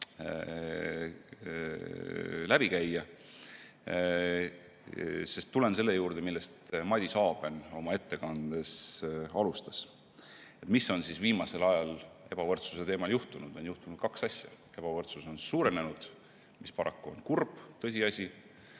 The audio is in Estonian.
läbi käia. Tulen selle juurde, millest Madis Aben oma ettekannet alustas. Mis on viimasel ajal ebavõrdsuse teemal juhtunud? On juhtunud kaks asja. Ebavõrdsus on suurenenud, mis paraku on kurb tõsiasi,